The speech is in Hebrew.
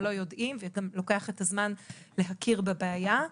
הם לא יודעים וגם לוקח זמן להכיר בבעיה.